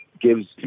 Gives